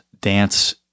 dance